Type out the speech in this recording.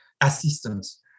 Assistance